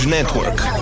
Network